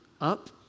up